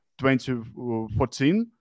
2014